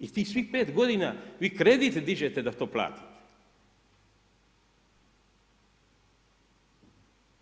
I tih svih 5 godina vi kredit dižete da to platite